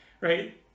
right